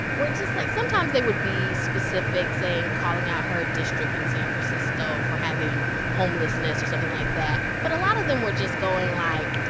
were just, like, sometimes they would be specific, saying calling out her district in san francisco for having homelessness or something like that. but a lot of them were just going like,